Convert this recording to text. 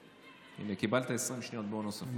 הינה, קיבלת 20 שניות בונוס.